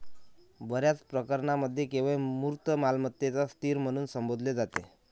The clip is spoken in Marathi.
बर्याच प्रकरणांमध्ये केवळ मूर्त मालमत्तेलाच स्थिर म्हणून संबोधले जाते